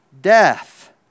death